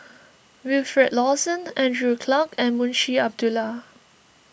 Wilfed Lawson Andrew Clarke and Munshi Abdullah